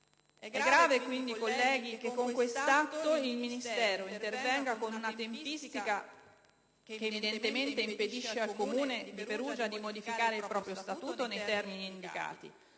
È grave, onorevoli colleghi, che con questo atto il Ministero intervenga con una tempistica che, evidentemente, impedisce al Comune di Perugia di modificare il proprio statuto nei termini indicati,